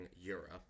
Europe